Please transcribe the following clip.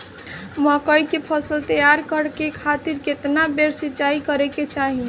मकई के फसल तैयार करे खातीर केतना बेर सिचाई करे के चाही?